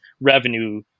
revenue